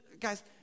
Guys